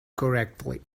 correctly